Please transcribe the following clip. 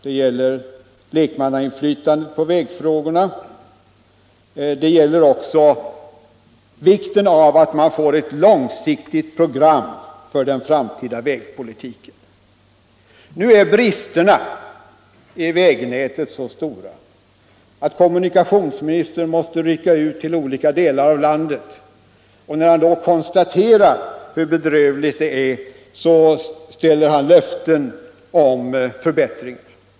Det gäller lekmannainflytandet på vägfrågorna, och det gäller också vikten av att man får ett långsiktigt program för den framtida vägpolitiken. Nu är bristerna i vägnätet så stora att kommunikationsministern måste rycka ut till olika delar av landet. När han då konstaterar hur bedrövligt det är, ger han löften om förbättringar.